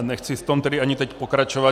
Nechci v tom tedy ani teď pokračovat.